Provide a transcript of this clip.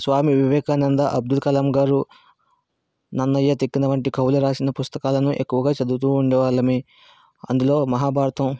స్వామి వివేకానంద అబ్దుల్ కలాం గారు నన్నయ తిక్కన వంటి కవుల రాసిన పుస్తకాలను ఎక్కువగా చదువుతూ ఉండేవాళ్ళము అందులో మహాభారతం